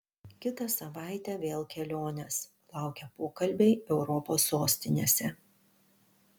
kitą savaitę vėl kelionės laukia pokalbiai europos sostinėse